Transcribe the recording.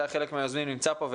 שהיה חלק מהיוזמים נמצא פה,